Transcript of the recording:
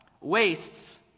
wastes